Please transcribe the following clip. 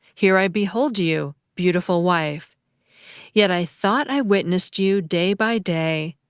here i behold you, beautiful wife yet i thought i witnessed you, day by day,